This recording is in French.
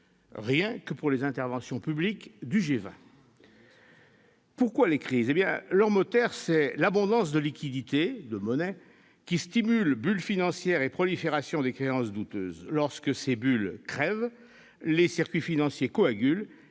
que les interventions publiques des membres du G20. Pourquoi des crises ? Leur moteur, c'est l'abondance de liquidités, de monnaie, qui stimule bulles financières et prolifération de créances douteuses. Lorsque ces bulles crèvent, les circuits financiers coagulent.